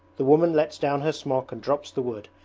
the woman lets down her smock and drops the wood.